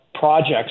projects